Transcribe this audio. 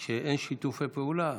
כשאין שיתוף פעולה.